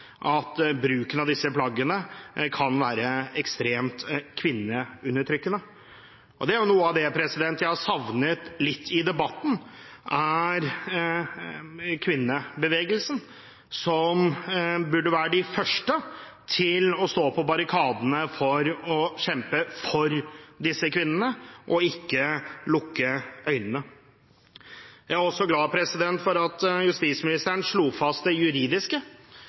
at bruken av disse plaggene kan være ekstremt kvinneundertrykkende. Noe av det jeg har savnet litt i debatten, er kvinnebevegelsen, som burde være de første til å stå på barrikadene for å kjempe for disse kvinnene, og ikke lukke øynene. Jeg er også glad for at justisministeren slo fast det juridiske